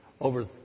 over